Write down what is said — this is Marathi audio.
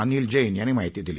अनिल जैन यांनी माहिती दिली